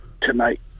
tonight